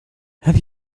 have